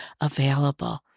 available